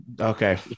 Okay